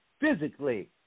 Physically